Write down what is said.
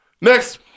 Next